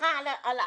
סליחה על השפה.